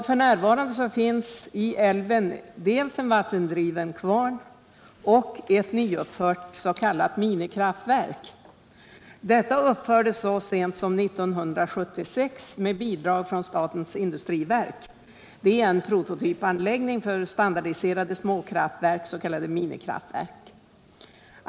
F.n. finns i älven en vattendriven kvarn och ett nyuppfört s.k. minikraftverk. Detta uppfördes så sent som 1976 med bidrag från statens industriverk och är en prototypanläggning för standardiserade småkraftverk, s.k. minikraftverk.